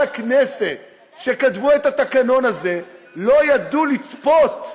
הכנסת שכתבו את התקנון הזה לא ידעו לצפות,